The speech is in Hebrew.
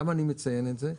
למה אני מציין את זה?